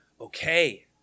okay